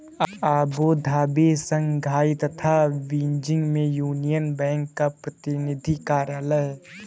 Abu Dhabi, Shanghai तथा Beijing में Union Bank का प्रतिनिधि कार्यालय है?